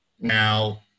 Now